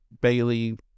Bailey